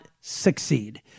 succeed